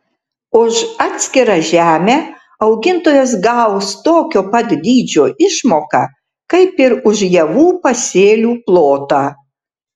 už atskirtą žemę augintojas gaus tokio pat dydžio išmoką kaip ir už javų pasėlių plotą